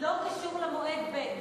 זה לא קשור למועד ב'.